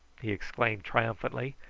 he exclaimed triumphantly,